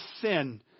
sin